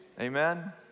Amen